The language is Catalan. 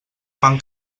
fan